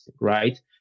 right